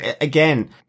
again